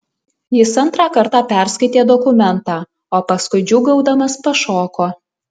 jis antrą kartą perskaitė dokumentą o paskui džiūgaudamas pašoko